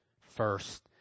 first